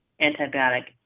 antibiotic